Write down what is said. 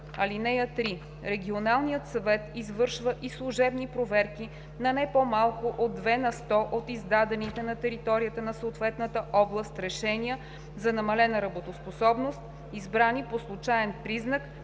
ТЕЛК. (3) Регионалният съвет извършва и служебни проверки на не по-малко от 2 на сто от издадените на територията на съответната област решения за намалена работоспособност, избрани по случаен признак,